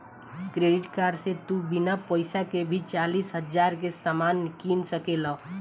credit card से तू बिना पइसा के भी चालीस हज़ार के सामान किन सकेल